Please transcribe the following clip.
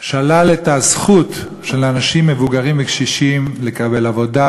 שללה את הזכות של אנשים מבוגרים וקשישים לקבל עבודה,